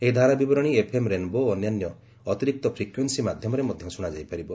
ଏହି ଧାରାବିବରଣୀ FM Rainbow ଓ ଅନ୍ୟାନ୍ୟ ଅତିରିକ୍ତ ପ୍ରିକ୍ୱେନ୍ସି ମାଧ୍ୟମରେ ମଧ୍ୟ ଶୁଣାଯାଇପାରିବ